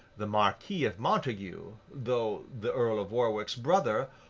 the marquis of montague, though the earl of warwick's brother,